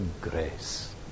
grace